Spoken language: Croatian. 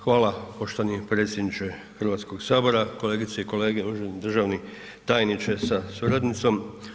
Hvala poštovani predsjedniče Hrvatskoga sabora, kolegice i kolege uvaženi državni tajniče sa suradnicom.